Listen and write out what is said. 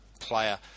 player